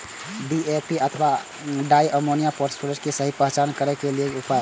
DAP अथवा di ammonium phosphate के सहि पहचान करे के कि उपाय अछि?